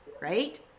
right